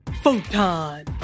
Photon